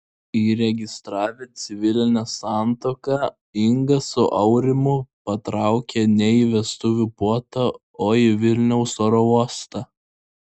įregistravę civilinę santuoką inga su aurimu patraukė ne į vestuvių puotą o į vilniaus oro uostą